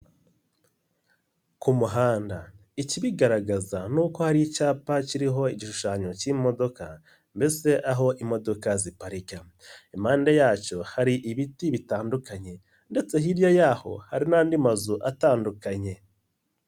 Ku muhanda, ikibigaragaza ni uko hari icyapa kiriho igishushanyo cy'imodoka mbese aho imodoka ziparirika, impande yacyo hari ibiti bitandukanye ndetse hirya yaho hari n'andi mazu atandukanye.